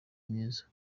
myiza